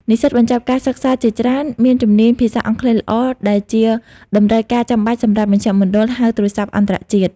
និស្សិតបញ្ចប់ការសិក្សាជាច្រើនមានជំនាញភាសាអង់គ្លេសល្អ ដែលជាតម្រូវការចាំបាច់សម្រាប់មជ្ឈមណ្ឌលហៅទូរស័ព្ទអន្តរជាតិ។